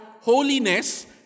holiness